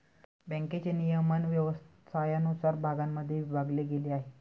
बँकेचे नियमन व्यवसायानुसार भागांमध्ये विभागले गेले आहे